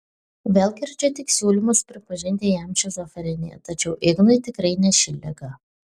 vėl girdžiu tik siūlymus pripažinti jam šizofreniją tačiau ignui tikrai ne ši liga